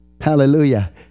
Hallelujah